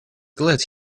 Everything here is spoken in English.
glad